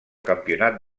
campionat